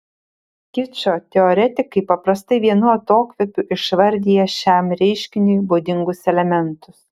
kičo teoretikai paprastai vienu atokvėpiu išvardija šiam reiškiniui būdingus elementus